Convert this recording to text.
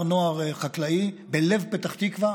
כפר נוער חקלאי בלב פתח תקווה,